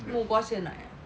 木瓜鲜奶 ah